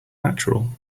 natural